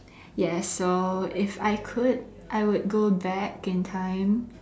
yes so if I could I would go back in time